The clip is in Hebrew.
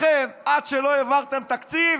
לכן, עד שלא העברתם תקציב,